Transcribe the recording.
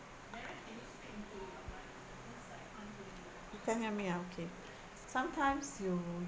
you can't hear me ah okay sometimes you